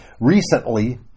Recently